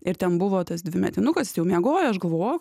ir ten buvo tas dvimetinukas jis jau miegojo aš galvojau o